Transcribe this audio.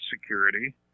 security